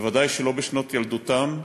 בוודאי לא בשנות ילדותם,